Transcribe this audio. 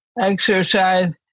exercise